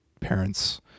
parents